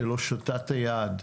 של הושטת היד?